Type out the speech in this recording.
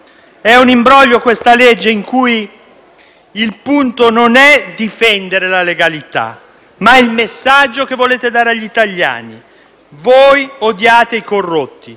È un imbroglio questa legge, in cui il punto non è difendere la legalità, ma il messaggio che volete dare agli italiani: voi odiate i corrotti